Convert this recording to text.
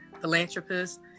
philanthropist